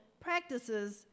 practices